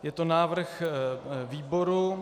Je to návrh výboru.